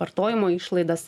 vartojimo išlaidas